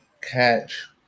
catch